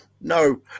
No